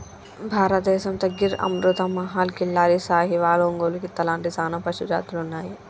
భారతదేసంతో గిర్ అమృత్ మహల్, కిల్లారి, సాహివాల్, ఒంగోలు గిత్త లాంటి సానా పశుజాతులు ఉన్నాయి